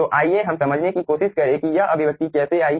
तो आइए हम समझने की कोशिश करें कि यह अभिव्यक्ति कैसे आई